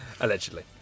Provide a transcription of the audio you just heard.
Allegedly